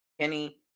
Kenny